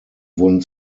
wurden